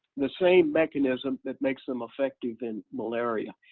the same mechanism that makes them effective in malaria,